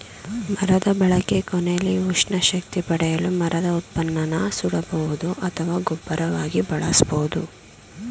ಮರದ ಬಳಕೆ ಕೊನೆಲಿ ಉಷ್ಣ ಶಕ್ತಿ ಪಡೆಯಲು ಮರದ ಉತ್ಪನ್ನನ ಸುಡಬಹುದು ಅಥವಾ ಗೊಬ್ಬರವಾಗಿ ಬಳಸ್ಬೋದು